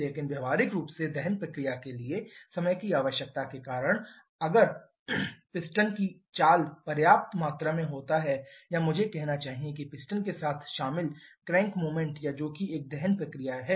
लेकिन व्यावहारिक रूप से दहन प्रक्रिया के लिए समय की आवश्यकता के कारण अगर पिस्टन की चाल पर्याप्त मात्रा में होता है या मुझे कहना चाहिए कि पिस्टन के साथ शामिल क्रैंक मूवमेंट या जोकि एक दहन प्रक्रिया है